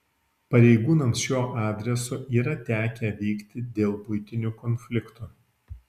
pareigūnams šiuo adresu yra tekę vykti dėl buitinių konfliktų